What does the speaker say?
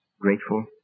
grateful